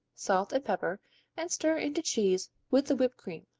salt and pepper and stir into cheese with the whipped cream.